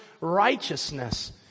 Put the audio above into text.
righteousness